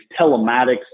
telematics